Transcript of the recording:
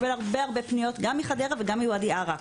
הרבה פניות גם מחדרה וגם מוואדי ערה.